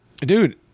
dude